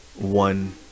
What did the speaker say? one